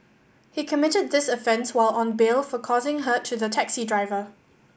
he committed this offence while on bail for causing hurt to the taxi driver